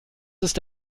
ist